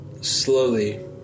slowly